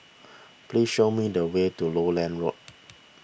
please show me the way to Lowland Road